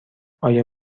آیا